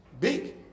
big